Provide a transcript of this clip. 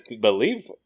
believe